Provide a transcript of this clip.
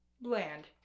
bland